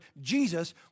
Jesus